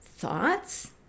Thoughts